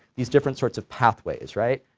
these different sorts of pathways, right.